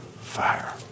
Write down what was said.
fire